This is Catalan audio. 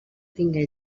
tingué